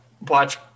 watch